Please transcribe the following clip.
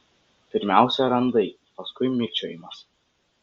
pirmiausia randai paskui mikčiojimas